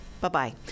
Bye-bye